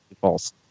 false